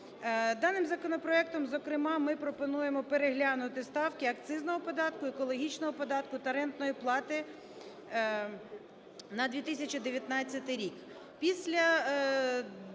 Даним законопроектом зокрема ми пропонуємо переглянути ставки акцизного податку, екологічного податку та рентної плати на 2019 рік.